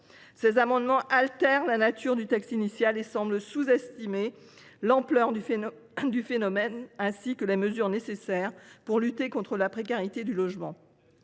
Ces propositions altèrent la nature du texte initial et semblent traduire une sous estimation de l’ampleur du phénomène ainsi que des mesures nécessaires pour lutter contre la précarité du logement.